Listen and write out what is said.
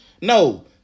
No